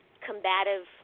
combative